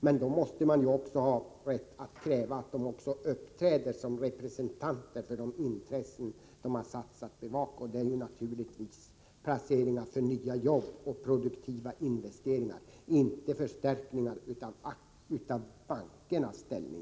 Men då måste vi också kunna kräva att de uppträder som representanter för de intressen de har satts att bevaka. Det är naturligtvis placeringar för nya jobb och produktiva investeringar som de skall få till stånd, inte förstärkningar av t.ex. bankernas ställning.